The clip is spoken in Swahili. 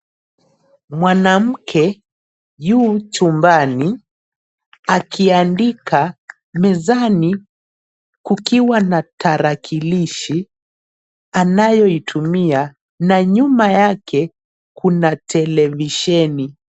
Mwanamke yu chumbani akiandika mizani kukiwa na tarakailishi anayoitumia na nyuma yake kuna televisheni.